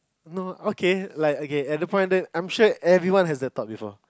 no okay like okay at the point I'm sure everyone has the thought before